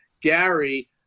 Gary